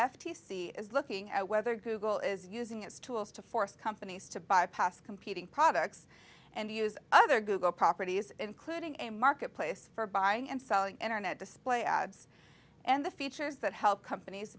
c is looking at whether google is using its tools to force companies to bypass competing products and use other google properties including a marketplace for buying and selling internet display ads and the features that help companies